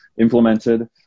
implemented